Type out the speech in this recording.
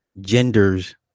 genders